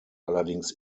allerdings